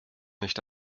nicht